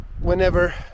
whenever